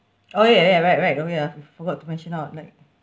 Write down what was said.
oh ya ya right right oh ya f~ forgot to mention out like